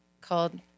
called